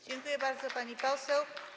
Dziękuję bardzo, pani poseł.